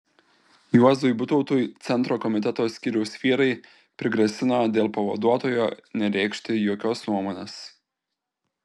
juozui butautui centro komiteto skyriaus vyrai prigrasino dėl pavaduotojo nereikšti jokios nuomonės